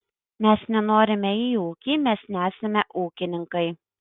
mes nenorime į ūkį mes nesame ūkininkai